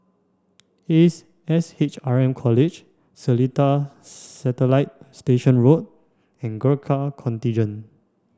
Ace S H R M College Seletar Satellite Station Road and Gurkha Contingent